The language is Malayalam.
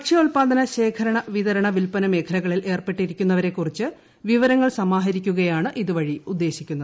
ഭക്ഷ്യാല്പാദന ശേഖ രണ വിതരണ വിൽപന മേഖലകളിൽ ഏർപ്പെട്ടിരിക്കുന്നവരെക്കുറിച്ച് വിവരങ്ങൾ സമാഹരിക്കുകയാണ് ഇതുവഴി ഉദ്ദേശിക്കുന്നത്